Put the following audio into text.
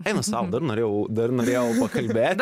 eina sau dar norėjau dar norėjau pakalbėt